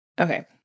Okay